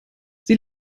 sie